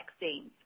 vaccines